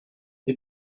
des